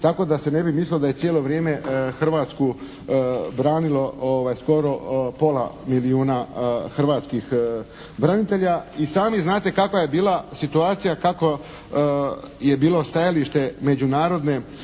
tako da se ne bi mislilo da je cijelo vrijeme Hrvatsku branilo skoro pola milijuna hrvatskih branitelja. I sami znate kakva je bila situacija, kakvo je bilo stajalište Međunarodne